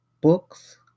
books